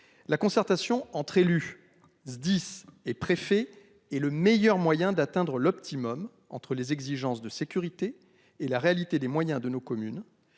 La concertation entre élu. SDIS et préfet et le meilleur moyen d'atteindre l'optimum entre les exigences de sécurité et la réalité des moyens de nos communes